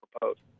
proposed